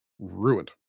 ruined